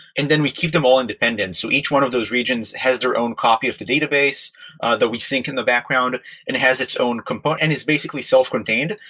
and then we keep them all independent. so each one of those regions has their own copy of the database that we sync in the background and has its own um and is basically self-contained.